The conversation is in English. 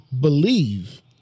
believe